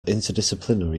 interdisciplinary